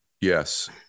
Yes